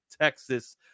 Texas